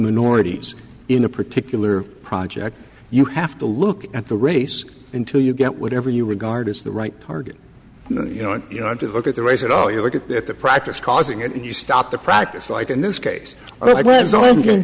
minorities in a particular project you have to look at the race until you get whatever you regard as the right target you know and you know just look at the race at all you look at the practice causing it and you stop the practice like in this case i